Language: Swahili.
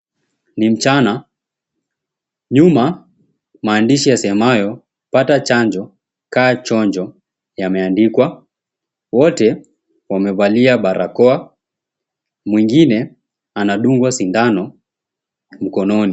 Ni mchana nyuma maandishi yasemayo pata chanjo kaa chonjo yameandikwa. Wote wamevalia barakoa, mwingine anadungwa sindano mkononi.